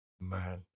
Man